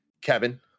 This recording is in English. Kevin